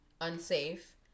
unsafe